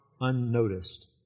unnoticed